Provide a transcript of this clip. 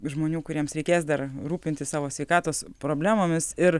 žmonių kuriems reikės dar rūpintis savo sveikatos problemomis ir